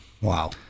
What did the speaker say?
Wow